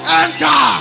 enter